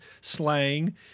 slang